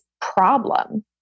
problem